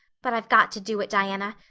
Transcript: but i've got to do it, diana.